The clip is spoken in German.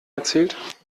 erzählt